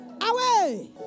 Away